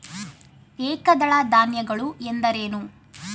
ಏಕದಳ ಧಾನ್ಯಗಳು ಎಂದರೇನು?